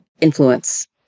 influence